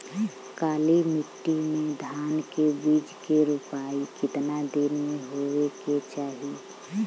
काली मिट्टी के धान के बिज के रूपाई कितना दिन मे होवे के चाही?